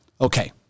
Okay